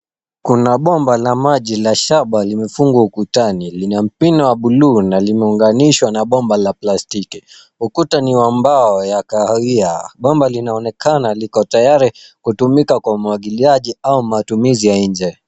Kuna bomba la maji la shaba limefungwa ukutani. Linampini wa buluu na limeunganishwa na bomba la plastiki. Ukuta ni wa mbao ya kahawia. Bomba linaonekana liko tayari kutumika kwa umwagiliaji au matumizi ya nje.